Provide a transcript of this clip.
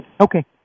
Okay